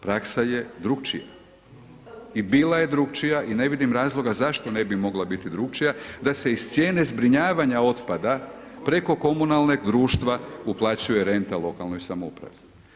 Praksa je drukčija i bila je drukčija i ne vidim razloga zašto ne bi mogla biti drukčija da se iz cijene zbrinjavanja otpada preko komunalne društva uplaćuje renta lokalnoj samoupravi.